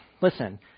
Listen